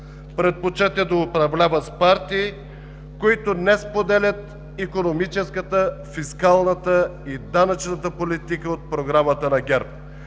предпочете да управлява с партии, които не споделят икономическата, фискалната и данъчната политика от Програмата на ГЕРБ,